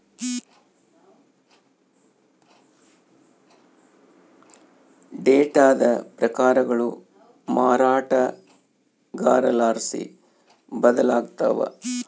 ಡೇಟಾದ ಪ್ರಕಾರಗಳು ಮಾರಾಟಗಾರರ್ಲಾಸಿ ಬದಲಾಗ್ತವ